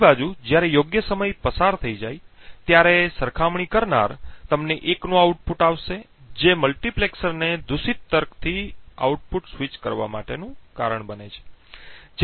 બીજી બાજુ જ્યારે યોગ્ય સમય પસાર થઈ જાય ત્યારે સરખામણી કરનાર તમને 1 નું આઉટપુટ આપશે જે મલ્ટિપ્લેક્સરને દૂષિત તર્ક થી આઉટપુટ સ્વિચ કરવા માટેનું કારણ બને છે